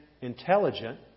intelligent